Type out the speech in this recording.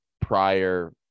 prior